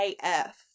AF